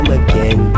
again